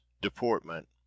deportment